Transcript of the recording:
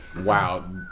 Wow